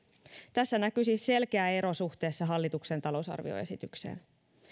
tässä näkyy siis selkeä ero suhteessa hallituksen talousarvioesitykseen